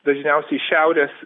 dažniausiai šiaurės